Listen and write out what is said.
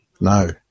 No